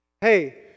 Hey